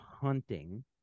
hunting